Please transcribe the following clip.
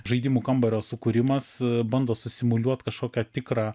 žaidimų kambario sukūrimas bando susimuliuot kažkokią tikrą